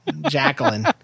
Jacqueline